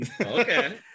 okay